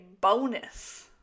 bonus